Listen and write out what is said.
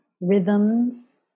rhythms